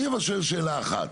אני שואל שאלה אחת.